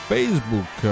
Facebook